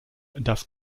das